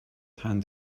hand